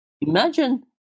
imagine